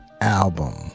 album